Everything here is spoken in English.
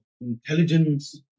intelligence